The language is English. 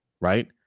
right